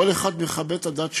כל אחד מכבד את הדת שלו.